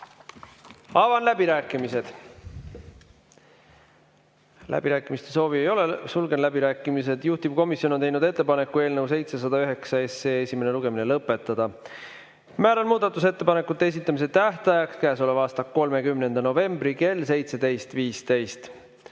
Avan läbirääkimised. Läbirääkimiste soovi ei ole. Sulgen läbirääkimised. Juhtivkomisjon on teinud ettepaneku eelnõu 709 esimene lugemine lõpetada. Määran muudatusettepanekute esitamise tähtajaks käesoleva aasta 30. novembri kell 17.15.